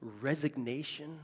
resignation